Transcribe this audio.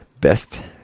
Best